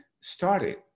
started